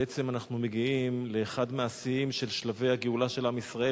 בעצם אנחנו מגיעים לאחד מהשיאים של שלבי הגאולה של עם ישראל,